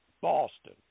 Boston